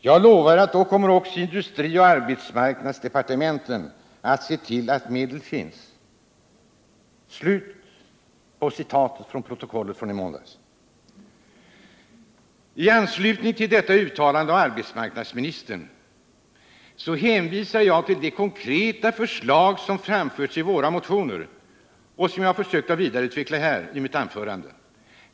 Jag lovar att då kommer också industrioch arbetsmarknadsdepartementen att se till att medel finns.” I anslutning till arbetsmarknadsministerns uttalande hänvisar jag till de konkreta förslag som lagts fram i våra motioner och som jag har försökt att vidareutveckla i mitt anförande.